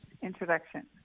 introduction